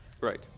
Right